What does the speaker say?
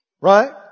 Right